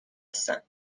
بستند